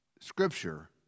scripture